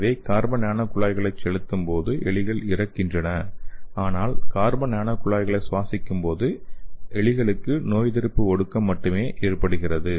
எனவே carbon nano குழாய்களை செலுத்தும் போது எலிகள் இறக்கின்றன ஆனால் கார்பன் நானோ குழாய்களை சுவாசிக்கும்போது எலிகளுக்கு நோயெதிர்ப்பு ஒடுக்கம் மட்டுமே ஏற்படுகிறது